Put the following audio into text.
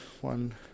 One